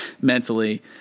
mentally